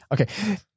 Okay